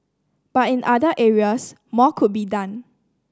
but in other areas more could be done